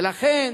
ולכן,